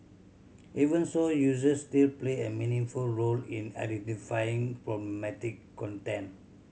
even so users still play a meaningful role in identifying problematic content